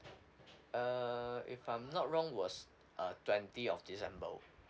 uh if I'm not wrong was uh twenty of december